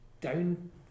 down